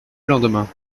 lendemain